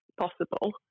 possible